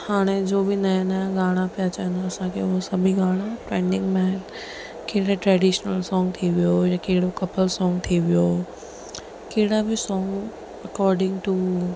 हाणे जो बि नवां नवां गाना पिया अचनि असांखे हूअ सभी गाना पंहिंजे में के त ट्रेडिशनल सॉन्ग थी वियो या कहिड़ो कपल सॉन्ग थी वियो कहिड़ा बि सॉन्ग अकॉर्डिंग टू